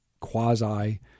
quasi